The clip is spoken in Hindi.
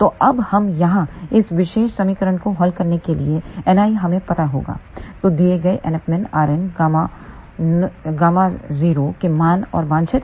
तो अब हम यहाँ इस विशेष समीकरण को हल करने के लिए Ni हमें पता होगा तो दिए गए NFmin rn Γ0 के मान और वांछित NFi